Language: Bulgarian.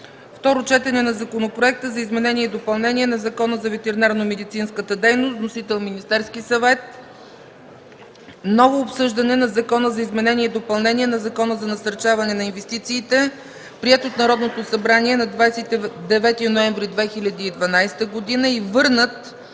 Второ четене на Законопроекта за изменение и допълнение на Закона за ветеринарномедицинската дейност. Вносител – Министерски съвет. 5. Ново обсъждане на Закона за изменение и допълнение на Закона за насърчаване на инвестициите, приет от Народното събрание на 29 ноември 2012 г. и върнат